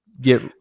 get